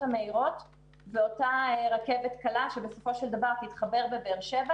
מהירות ואותה רכבת קלה שבסופו של דבר תתחבר בבאר שבע